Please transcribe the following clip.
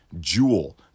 Jewel